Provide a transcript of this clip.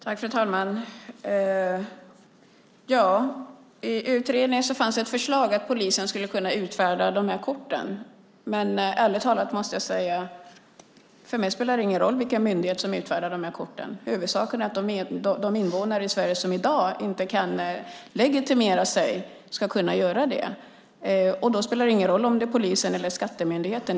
Fru talman! Ja, i utredningen fanns det ett förslag om att polisen skulle kunna utfärda de här korten. Men jag måste ärligt talat säga: För mig spelar det ingen roll vilken myndighet som utfärdar de här korten. Huvudsaken är att de invånare i Sverige som i dag inte kan legitimera sig ska kunna göra det. Då spelar det ingen roll om det är polisen eller skattemyndigheten.